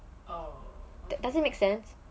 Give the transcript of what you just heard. does it make sense